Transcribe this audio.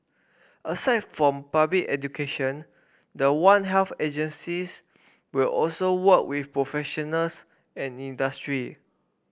aside from public education the one health agencies will also work with professionals and industry